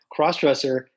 Crossdresser